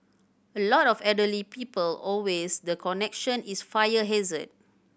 a lot of elderly people always the connection is fire hazard